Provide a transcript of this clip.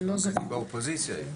אני באופוזיציה הייתי.